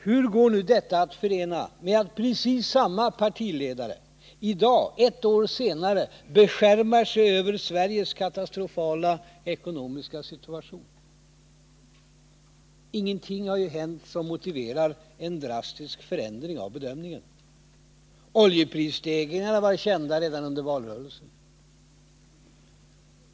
Hur går nu detta att förena med att precis samma partiledare i dag, ett år senare, beskärmar sig över Sveriges katastrofala ekonomiska situation? Ingenting har ju hänt som motiverar en drastisk förändring av bedömningen. Oljeprisstegringarna var kända redan under valrörelsen.